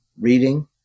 Reading